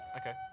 Okay